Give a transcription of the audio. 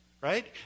right